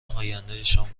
آیندهشان